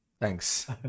Thanks